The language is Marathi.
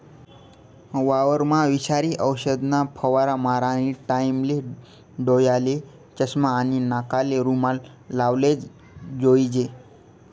वावरमा विषारी औषधना फवारा मारानी टाईमले डोयाले चष्मा आणि नाकले रुमाल लावलेच जोईजे